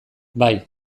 bai